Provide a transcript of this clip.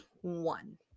one